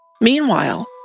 Meanwhile